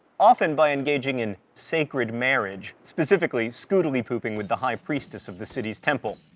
often by engaging in sacred marriage specifically skoodilypooping with the high priestess of the city's temple.